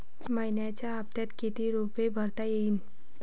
मइन्याचा हप्ता कितीक रुपये भरता येईल?